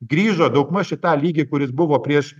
grįžo daugmaž į tą lygį kuris buvo prieš